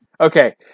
okay